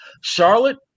Charlotte